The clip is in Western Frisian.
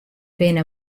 binne